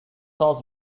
thus